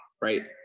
right